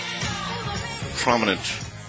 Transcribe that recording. prominent